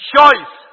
Choice